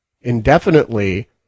indefinitely